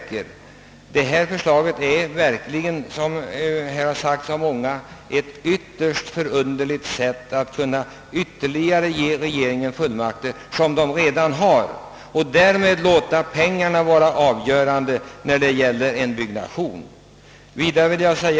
Det förslag som nu föreligger är verkligen, som här har sagts av många, ett ytterst förunderligt sätt att ge regeringen ytterligare fullmakter till dem som den redan har och att därmed låta pengarna vara avgörande när det gäller en byggnation.